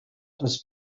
das